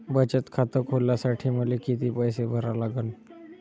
बचत खात खोलासाठी मले किती पैसे भरा लागन?